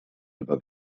above